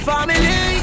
Family